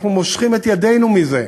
אנחנו מושכים את ידנו מזה,